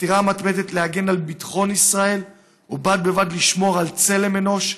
בחתירה המתמדת להגן על ביטחון ישראל ובד בבד לשמור על צלם אנוש,